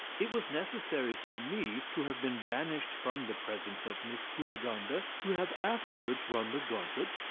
it was necessary for me to have been banished from the presence of miss cunegonde, ah to have afterwards run the gauntlet,